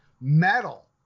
metal